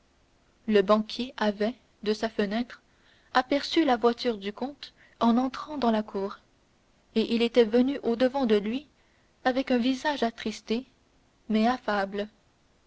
le banquier avait de sa fenêtre aperçu la voiture du comte entrant dans la cour et il était venu au-devant de lui avec un visage attristé mais affable